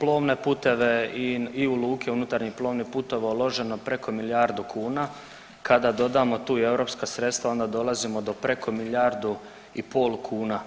plovne puteve i u luke unutarnjih plovnih putova uloženo preko milijardu kuna, kada dodamo tu i europska sredstva, onda dolazimo do preko milijardi i pol kuna.